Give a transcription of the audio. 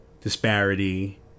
disparity